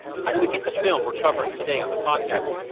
how did we get the film we're covering today on the podcast?